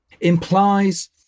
implies